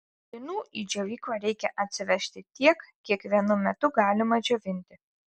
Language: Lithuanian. linų į džiovyklą reikia atsivežti tiek kiek vienu metu galima džiovinti